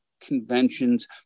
conventions